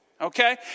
okay